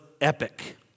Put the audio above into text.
epic